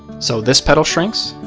so, this petal shrinks,